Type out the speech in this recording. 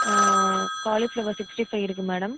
cauliflower sixty five இருக்குது madam